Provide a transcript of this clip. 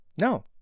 No